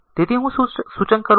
તેથી હું શું સૂચન કરું